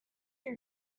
your